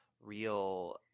real